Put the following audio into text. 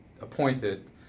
appointed